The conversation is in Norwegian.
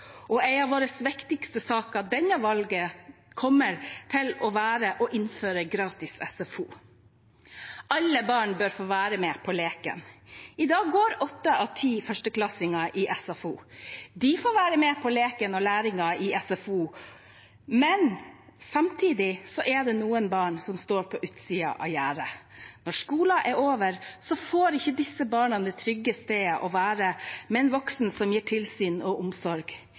av våre viktigste saker ved dette valget kommer til å være å innføre gratis SFO. Alle barn bør få være med på leken. I dag går åtte av ti førsteklassinger i SFO. De får være med på leken og læringen i SFO, men samtidig er det noen barn som står på utsiden av gjerdet. Når skolen er over, får ikke disse barna det trygge stedet å være med voksne som gir tilsyn og omsorg.